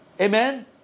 Amen